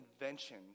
invention